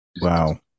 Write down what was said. Wow